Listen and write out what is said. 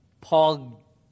Paul